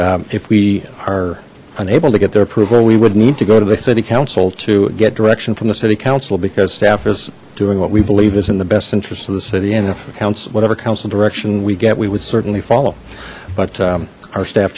and if we are unable to get their approval we would need to go to the city council to get direction from the city council because staff is doing what we believe is in the best interest of the city and it counts whatever council direction we get we would certainly follow but our staff